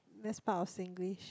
that's part of Singlish